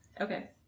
Okay